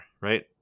right